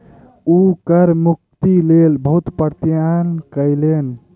ओ कर मुक्तिक लेल बहुत प्रयत्न कयलैन